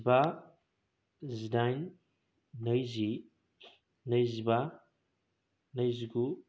जिबा जिडाइन नैजि नैजिबा नैजिगु